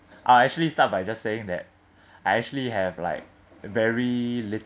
I actually start by just saying that I actually have like very little